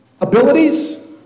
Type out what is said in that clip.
abilities